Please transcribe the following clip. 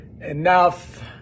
enough